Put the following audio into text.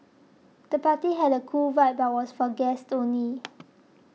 the party had a cool vibe but was for guests only